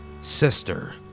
sister